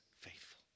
faithful